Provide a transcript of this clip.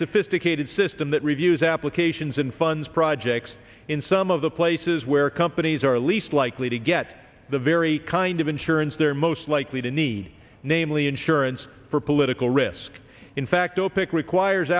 sophisticated system that reviews applications and funds projects in some of the places where companies are least likely to get the very kind of insurance they're most likely to need namely insurance for political risk in fact opic requires